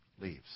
Leaves